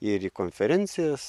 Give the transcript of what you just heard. ir į konferencijas